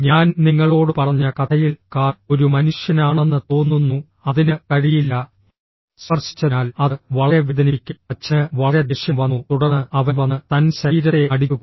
ഞാൻ നിങ്ങളോട് പറഞ്ഞ കഥയിൽ കാർ ഒരു മനുഷ്യനാണെന്ന് തോന്നുന്നു അതിന് കഴിയില്ല സ്പർശിച്ചതിനാൽ അത് വളരെ വേദനിപ്പിക്കും അച്ഛന് വളരെ ദേഷ്യം വന്നു തുടർന്ന് അവൻ വന്ന് തൻ്റെ ശരീരത്തെ അടിച്ചു